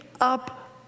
up